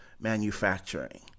manufacturing